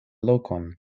lokon